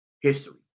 history